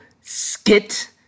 skit